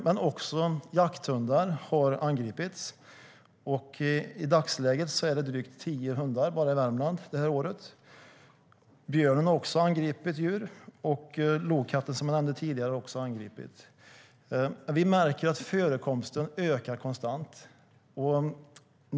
Men också jakthundar har angripits. I dagsläget är det drygt tio hundar som har angripits bara i Värmland i år. Björn och lokatt, som jag nämnde tidigare, har också angripit djur. Vi märker att förekomsten ökar konstant.